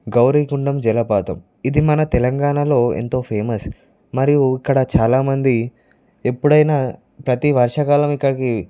గౌరీ గుండం జలపాతం ఇది మన తెలంగాణలో ఎంతో ఫేమస్ మరియు ఇక్కడ చాలామంది ఎప్పుడైనా ప్రతి వర్షాకాలం ఇక్కడికి